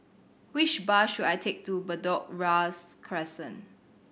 which bus should I take to Bedok Ria's Crescent